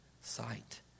sight